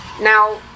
Now